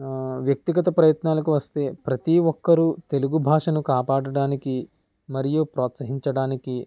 వ్యక్తిగత ప్రయత్నాలకు వస్తే ప్రతి ఒక్కరు తెలుగు భాషను కాపాడడానికి మరియు ప్రోత్సహించడానికి